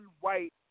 White